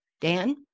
Dan